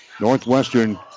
Northwestern